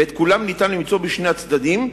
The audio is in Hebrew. ואת כולם ניתן למצוא בשני הצדדים,